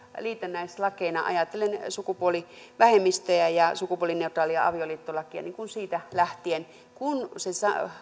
liitännäislakeina ajatellen sukupuolivähemmistöjä ja sukupuolineutraalia avioliittolakia niin kuin siitä lähtien kun se